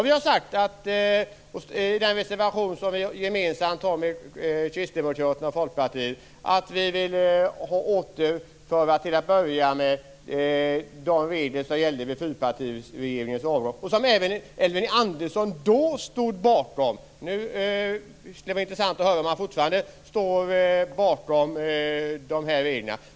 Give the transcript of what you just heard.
Vi har sagt i reservationen, som vi har gemensamt med Kristdemokraterna och Folkpartiet, att vi till att börja med vill återinföra de regler som gällde vid fyrpartiregeringens avgång, som även Elving Andersson då stod bakom. Det skulle vara intressant att höra om han fortfarande står bakom dessa regler.